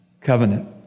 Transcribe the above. covenant